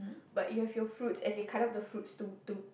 but you have your fruits and they cut up the fruits to to